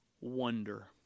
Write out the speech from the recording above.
wonder